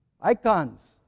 Icons